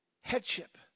Headship